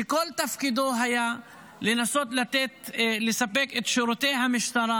שכל תפקידו היה לנסות לתת, לספק את שירותי המשטרה